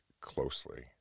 closely